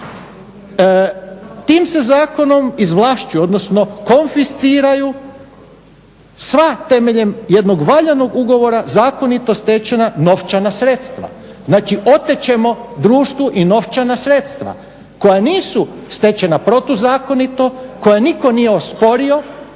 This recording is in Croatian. Tim se zakonom izvlašćuje, odnosno konfisciraju sva temeljem jednog valjanog ugovora zakonito stečena novčana sredstva. Znači otet ćemo društvu i novčana sredstva koja nisu stečena protuzakonito, koja nitko nije osporio